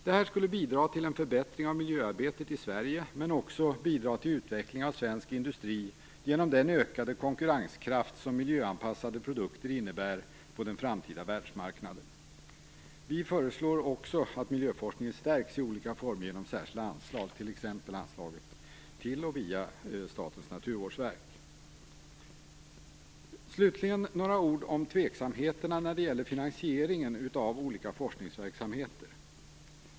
Detta skulle bidra till en förbättring av miljöarbetet i Sverige men också bidra till utveckling av svensk industri genom den ökade konkurrenskraft som miljöanpassade produkter innebär på den framtida världsmarknaden. Vi föreslår också att miljöforskningen stärks i olika former genom särskilda anslag, t.ex. anslaget till och via Statens naturvårdsverk. Slutligen några ord om tveksamheterna när det gäller finansieringen av olika forskningsverksamheter.